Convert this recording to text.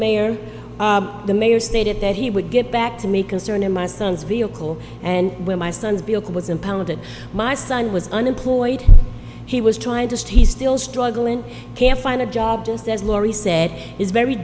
mayor the mayor stated that he would get back to me concerning my son's vehicle and when my son's bilk was impounded my son was unemployed he was trying to stay still struggling can't find a job just as lauri said it is very